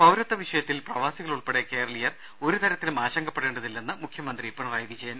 പൌരത്വ വിഷയത്തിൽ പ്രവാസികളുൾപ്പെടെ കേരളീയർ ഒരുതരത്തിലും ആശങ്കപ്പെടേണ്ടതില്ലെന്ന് മുഖ്യമന്ത്രി പിണറായി വിജയൻ